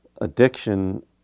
addiction